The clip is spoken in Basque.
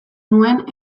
nuen